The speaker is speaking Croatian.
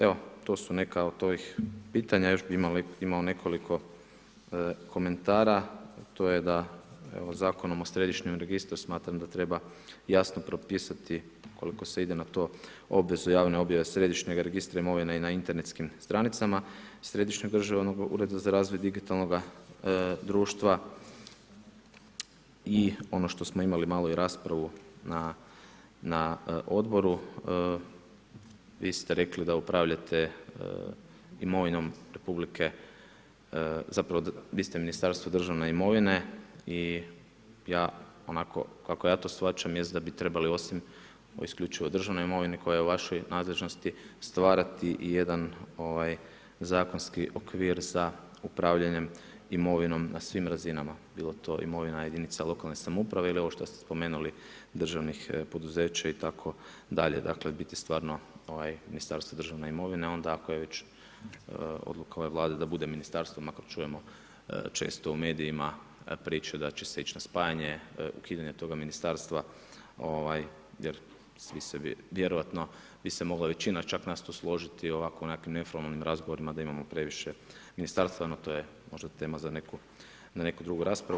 Evo to su neka od ovih pitanja, još bih imao nekoliko komentara, to je da Zakonom o središnjem registru smatram da treba jasno propisati, ukoliko se ide na to, obvezu javne objave središnjeg registra imovine i na internetskim stranicama, Središnjeg državnog ureda za razvoj digitalnoga društva i ono što smo imali malo i raspravu na odboru, vi ste rekli da upravljate imovinom, zapravo vi ste Ministarstvo državne imovine i ja onako kako ja to shvaćam jest da bi trebali, osim o isključivo državnoj imovini koja je u vašoj nadležnosti, stvarati i jedan zakonski okvir za upravljanjem imovinom na svim razinama, bilo to imovina jedinica lokalne samouprave ili ovo što ste spomenuli državnih poduzeća itd., dakle biti stvarno Ministarstvo državne imovine, onda ako je već odluka ove Vlade da bude ministarstvo, makar čujemo često u medijima priče da će se ić na spajanje, ukidanje toga ministarstva jer svi se vjerojatno bi se mogla većina čak nas tu složiti onako u nekim neformalnim razgovorima da imamo previše ministarstva, no to je tema na neku drugu raspravu.